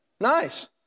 nice